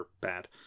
bad